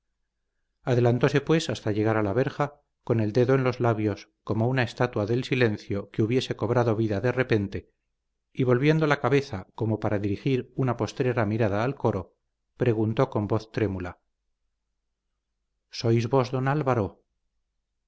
adelantóse pues hasta llegar a la verja con el dedo en los labios como una estatua del silencio que hubiese cobrado vida de repente y volviendo la cabeza como para dirigir una postrera mirada al coro preguntó con voz trémula sois vos don álvaro